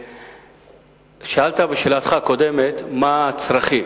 שאלת בשאלתך הקודמת מה הצרכים.